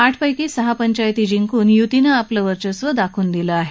आठपैकी सहा पंचायती जिंकून युतीनं आपलं वर्चस्व दाखवून दिलं आहे